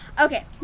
Okay